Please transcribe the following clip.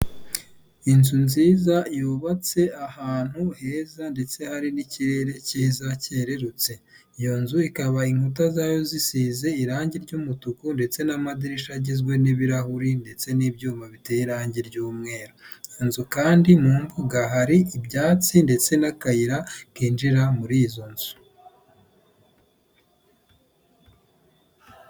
Inzu nziza yubatse ahantu heza ndetse hari n'ikirere cyiza cyererutse. Iyo nzu ikaba inkuta zayo zisize irangi ry'umutuku ndetse n'amadirishya agizwe n'ibirahuri ndetse n'ibyuma biteye irangi ry'umweru. Iyo nzu kandi mu mbuga hari ibyatsi, ndetse n'akayira kinjira muri izo nzu.